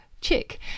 chick